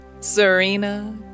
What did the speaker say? Serena